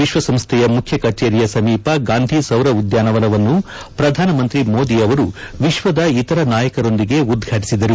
ವಿಶ್ಲಸಂಸ್ಡೆಯ ಮುಖ್ಯಕಚೇರಿಯ ಸಮೀಪ ಗಾಂಧಿ ಸೌರ ಉದ್ಯಾನವನ್ನು ಪ್ರಧಾನಮಂತ್ರಿ ಮೋದಿ ಅವರು ವಿಶ್ಲದ ಇತರ ನಾಯಕರೊಂದಿಗೆ ಉದ್ಘಾಟಿಸಿದರು